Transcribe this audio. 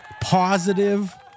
positive